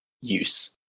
use